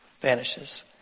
vanishes